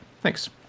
thanks